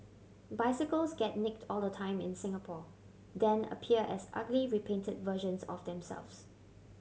bicycles get nicked all the time in Singapore then appear as ugly repainted versions of themselves